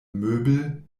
möbel